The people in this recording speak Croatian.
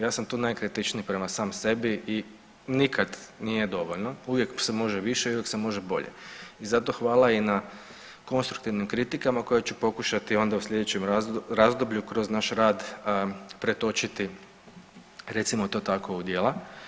Ja sam tu najkritičniji prema sam sebi i nikad nije dovoljno, uvijek se može više i uvijek se može bolje i zato hvala i na konstruktivnim kritikama koje ću pokušati onda u sljedećem razdoblju kroz naš rad pretočiti recimo to tako u djela.